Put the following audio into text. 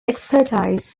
expertise